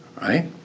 right